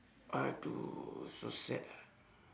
!aduh! so sad ah